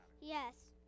Yes